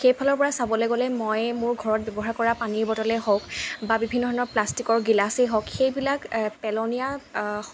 সেইফালৰ পৰা চাবলৈ গ'লে মই মোৰ ঘৰত ব্যৱহাৰ কৰা পানীৰ বটলেই হওক বা বিভিন্ন ধৰণৰ প্লাষ্টিকৰ গিলাচেই হওক সেইবিলাক পেলনীয়া